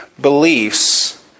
beliefs